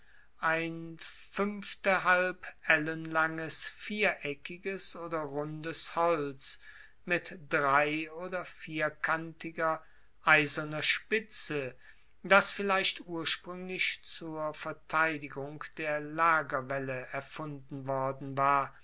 ein fuenftehalb ellen langes viereckiges oder rundes holz mit drei oder vierkantiger eiserner spitze das vielleicht urspruenglich zur verteidigung der lagerwaelle erfunden worden war